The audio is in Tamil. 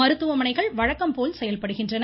மருத்துவமனைகள் வழக்கம்போல் செயல்படுகின்றன